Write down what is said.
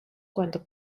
cuando